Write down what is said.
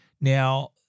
Now